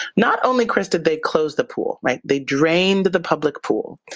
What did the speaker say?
not only chris, did they close the pool, right? they drained the public pool.